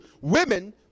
women